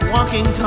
Walking